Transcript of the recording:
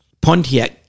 Pontiac